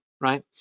right